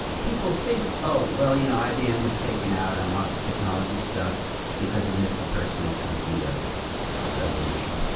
people think, oh, well, you know, ibm was taken out on lots of technology stuff because it missed the personal computer revolution.